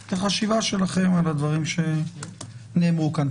את החשיבה שלכם על הדברים שנאמרו כאן.